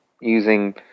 using